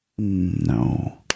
No